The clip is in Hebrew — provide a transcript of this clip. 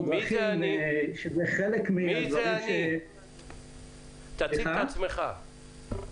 דרכים שזה חלק מדברים ש --- תציג את עצמך.